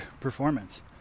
performance